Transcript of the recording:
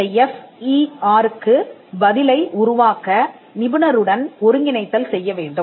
இந்த F E R க்கு பதிலை உருவாக்க நிபுணருடன் ஒருங்கிணைத்தல் செய்ய வேண்டும்